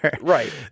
Right